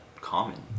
common